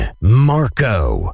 Marco